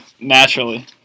naturally